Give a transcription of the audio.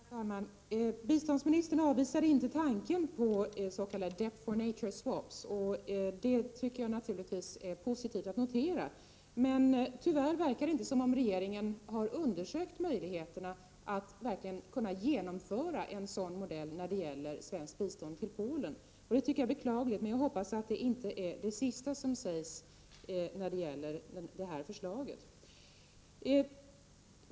Herr talman! Biståndsministern avvisade inte tanken på debt-for-natureswaps, och det är naturligtvis positivt att notera. Men det verkar tyvärr som om regeringen inte har undersökt möjligheterna att kunna genomföra en sådan modell när det gäller svenskt bistånd till Polen. Det tycker jag är beklagligt, men jag hoppas att det inte är det sista som sägs när det gäller det här förslaget.